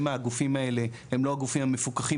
שמא הגופים האלה הם לא הגופים המפוקחים